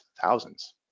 thousands